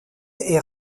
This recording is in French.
est